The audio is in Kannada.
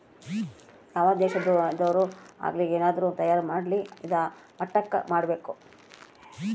ಯಾವ್ ದೇಶದೊರ್ ಆಗಲಿ ಏನಾದ್ರೂ ತಯಾರ ಮಾಡ್ಲಿ ಇದಾ ಮಟ್ಟಕ್ ಮಾಡ್ಬೇಕು